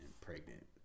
pregnant